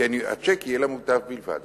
כי הצ'ק יהיה למוטב בלבד.